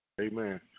Amen